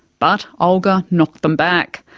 but olgr knocked them back.